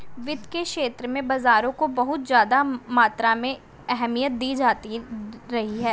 वित्त के क्षेत्र में बाजारों को बहुत ज्यादा मात्रा में अहमियत दी जाती रही है